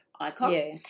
icon